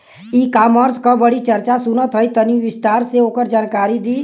ई कॉमर्स क बड़ी चर्चा सुनात ह तनि विस्तार से ओकर जानकारी दी?